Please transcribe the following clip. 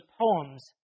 poems